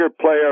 player